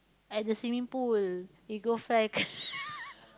at the swimming pool we go fly a